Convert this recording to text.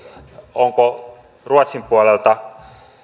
onko ruotsin puolelta